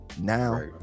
Now